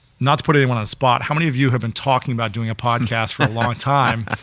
not to put anyone on the spot, how many of you have been talking about doing a podcast for a long time?